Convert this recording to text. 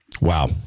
Wow